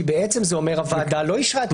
כי זה אומר שהוועדה לא אישרה את התקנות.